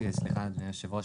אדוני היושב ראש,